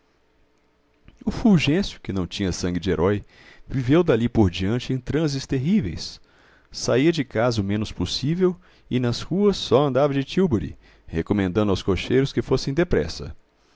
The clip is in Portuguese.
o fulgêncio que não tinha sangue de herói viveu dali por diante em transes terríveis saía de casa o menos possível e nas ruas só andava de tilburi recomendando aos cocheiros que fossem depressa